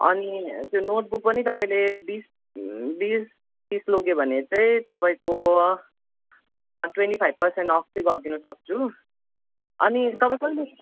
अनि त्यो नोटबुक पनि तपाईले बिस बिस पिस लग्यो भने चाहिँ तपाईँको ट्वेन्टी फाइभ पर्सेन्ट अफ चाहिँ गरिदिनु सक्छु अनि तपाईँ कहिले